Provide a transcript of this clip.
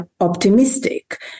optimistic